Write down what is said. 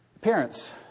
Parents